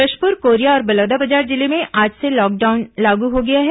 जशपुर कोरिया और बलौदाबाजार जिले में आज से लॉकडाउन लागू हो गया है